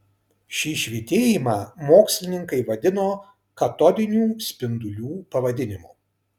šį švytėjimą mokslininkai vadino katodinių spindulių pavadinimu